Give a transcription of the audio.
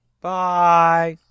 Bye